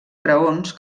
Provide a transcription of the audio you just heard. graons